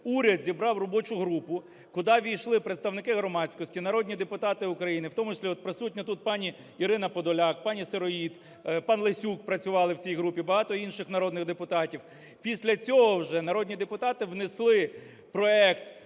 Уряд зібрав робочу групу, куди ввійшли представники громадськості, народні депутати України, в тому числі от присутні тут пані Ірина Подоляк, пані Сироїд, пан Лесюк працювали в цій групі і багато інших народних депутатів. Після цього вже народні депутати внесли проект,